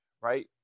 right